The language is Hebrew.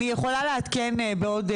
אני יכולה לעדכן בעוד,